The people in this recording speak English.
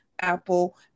Apple